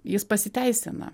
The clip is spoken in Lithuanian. jis pasiteisina